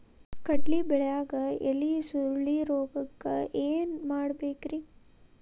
ಕಡ್ಲಿ ಬೆಳಿಯಾಗ ಎಲಿ ಸುರುಳಿರೋಗಕ್ಕ ಏನ್ ಮಾಡಬೇಕ್ರಿ?